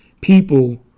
people